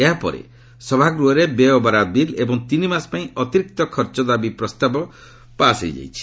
ଏହାପରେ ସଭାଗୃହରେ ବ୍ୟୟବରାଦ ବିଲ୍ ଏବଂ ତିନି ମାସ ପାଇଁ ଅତିରିକ୍ତ ଖର୍ଚ୍ଚ ଦାବି ପ୍ରସ୍ତାବ ପାସ୍ ହୋଇଯାଇଛି